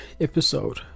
episode